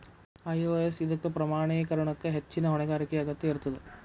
IOS ಇದಕ್ಕ ಪ್ರಮಾಣೇಕರಣಕ್ಕ ಹೆಚ್ಚಿನ್ ಹೊಣೆಗಾರಿಕೆಯ ಅಗತ್ಯ ಇರ್ತದ